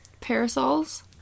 parasols